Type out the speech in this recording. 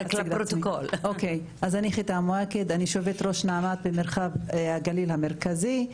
אני יושבת ראש נעמ"ת במרחב הגליל המרכזי.